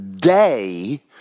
day